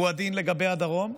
הוא הדין לגבי הדרום,